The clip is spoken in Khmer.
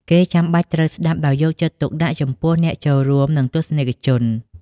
គេចាំបាច់ត្រូវស្តាប់ដោយយកចិត្តទុកដាក់ចំពោះអ្នកចូលរួម និងទស្សនិកជន។